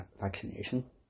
vaccination